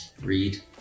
Read